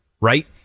right